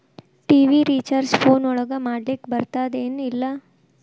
TV recharge phone ಒಳಗ ಮಾಡ್ಲಿಕ್ ಬರ್ತಾದ ಏನ್ ಇಲ್ಲ?